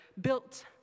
built